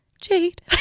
Jade